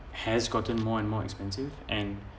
has gotten more and more expensive and